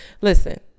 listen